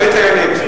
ברית היונים.